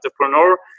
entrepreneur